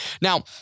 Now